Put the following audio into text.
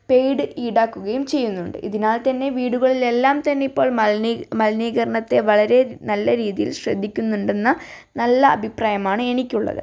paid ഈടാക്കുകയും ചെയ്യുന്നുണ്ട് ഇതിനാൽത്തന്നെ വീടുകളിലെല്ലാം തന്നെ ഇപ്പോൾ മലിനീകരണത്തെ വളരേ നല്ല രീതിയിൽ ശ്രദ്ധിക്കുന്നുണ്ടെന്ന നല്ല അഭിപ്രായമാണ് എനിക്കുള്ളത്